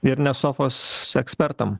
ir ne sofos ekspertam